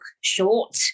short